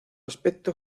aspecto